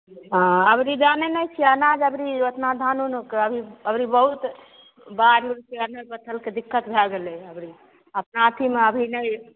हाँ अभरी जानै नहि छियै अनाज अभरी ओतना धान ओन कऽ अभी अभरी बहुत बाढ़ ओढ़के अथल पत्थलके दिक्कत भए गेलै अभरी अपना अथीमे अभी नहि